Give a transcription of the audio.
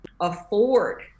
afford